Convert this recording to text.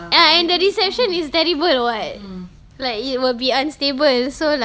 ya and the reception is terrible [what] like it will be unstable so like